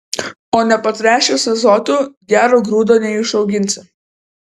o nepatręšęs azotu gero grūdo neišauginsi